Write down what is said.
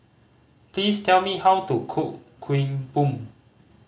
please tell me how to cook Kuih Bom